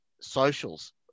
socials